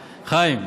חיים,